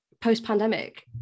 post-pandemic